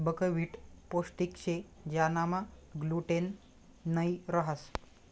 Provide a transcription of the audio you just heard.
buckwheat पोष्टिक शे ज्यानामा ग्लूटेन नयी रहास